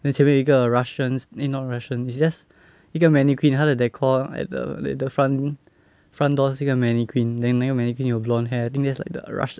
then 前面有一个 russians eh not russian is just 一个 mannequin 他的 decor at the like front front doors 是一个 mannequin 那个 mannequin 有 blond hair I think that's like the russian